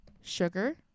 Sugar